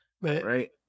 Right